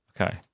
Okay